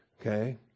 Okay